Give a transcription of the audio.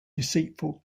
deceitful